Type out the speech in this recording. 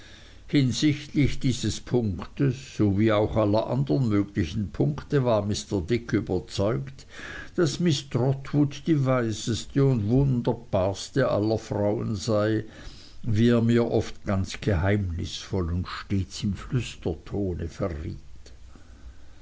hinsichtlich dieses punktes sowie auch aller andern möglichen punkte war mr dick überzeugt daß miß trotwood die weiseste und wunderbarste aller frauen sei wie er mir oft ganz geheimnisvoll und stets im flüsterton verriet